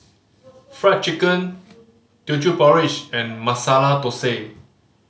Fried Chicken Teochew Porridge and Masala Thosai